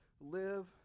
live